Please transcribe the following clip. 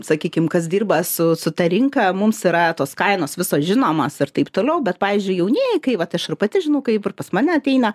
sakykim kas dirba su su ta rinka mums yra tos kainos visos žinomos ir taip toliau bet pavyzdžiui jaunieji kai vat aš ir pati žinau kaip ir pas mane ateina